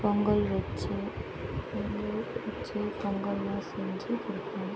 பொங்கல் வச்சு பொங்கல் வச்சு பொங்கலெல்லாம் செஞ்சு கொடுப்போம்